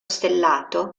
stellato